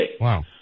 Wow